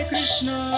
Krishna